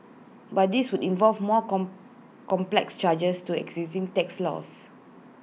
but this would involve more comb complex changes to existing tax laws